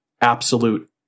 absolute